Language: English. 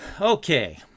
Okay